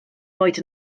boed